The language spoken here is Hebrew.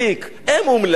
הם אומללים הרי.